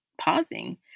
pausing